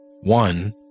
one